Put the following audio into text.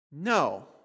No